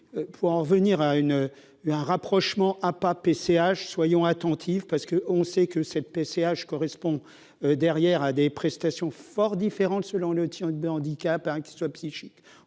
pour en revenir à une et un rapprochement a pas PCH soyons attentifs, parce qu'on sait que cette PCH correspond derrière à des prestations fort différente selon le tien de handicap, hein, qui soient psychique